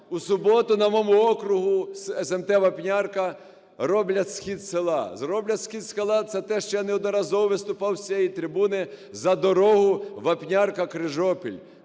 У суботу на моєму окрузі смт Вапнярка роблять схід села. Зроблять схід села, це те, що я неодноразово виступав з цієї трибуни, за дорогу "Вапнярка-Крижопіль".